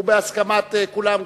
ובהסכמת כולם,